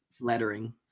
lettering